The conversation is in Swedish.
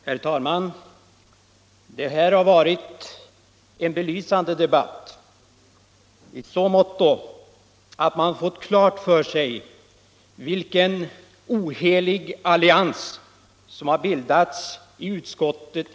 Herr talman! Debatten har varit belysande i så måtto att man har fått klart för sig vilken ohelig allians som i dag har bildats i utskottet.